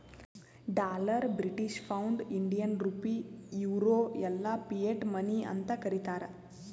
dollar, British pound, Indian rupee, euro ಎಲ್ಲಾ fiat money ಅಂತ್ ಕರೀತಾರ